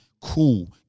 cool